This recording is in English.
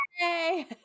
Yay